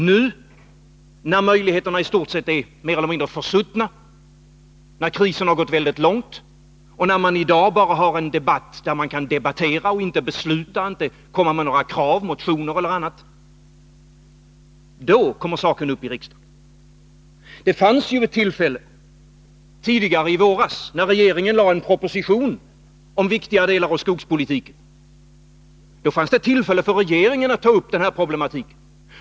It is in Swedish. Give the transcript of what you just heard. Nu — när möjligheterna är istort sett mer eller mindre försuttna, när krisen har gått väldigt långt och när man i dag för en debatt där man bara kan diskutera men inte besluta eller komma med några krav, motioner eller annat — då kommer saken upp i riksdagen. Det fanns ju tillfälle till det tidigare i våras, när regeringen lade fram en proposition om viktigare delar av skogspolitiken. Då fanns det tillfälle för regeringen att ta upp den här problematiken.